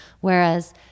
whereas